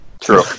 True